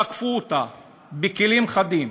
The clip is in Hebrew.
תקפו אותה בכלים חדים